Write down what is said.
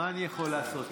מה אני יכול לעשות,